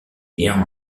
liens